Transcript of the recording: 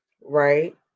right